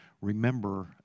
remember